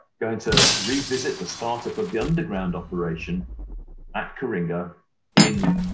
going to revisit the startup of the underground operation at coringa in